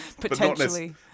Potentially